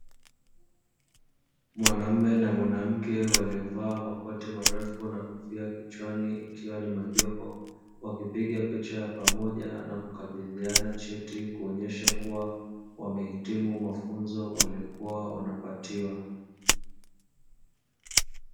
Mwanaume na mwanamke waliovaa makoti marefu na kofia kichwani, ikiwa ni majoho wakipiga picha ya pamoja na kukabidhiana cheti kuonyesha kuwa wamehitimu mafunzo waliokuwa wanapatiwa.